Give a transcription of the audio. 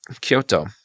Kyoto